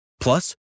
Plus